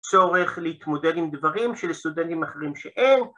צורך להתמודד עם דברים שלסטודנטים אחרים שאין.